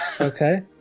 Okay